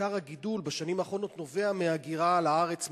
עיקר הגידול בשנים האחרונות נובע מהגירה לארץ,